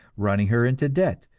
running her into debt,